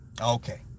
Okay